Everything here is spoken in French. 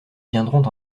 viendront